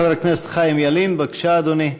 חבר הכנסת חיים ילין, בבקשה, אדוני.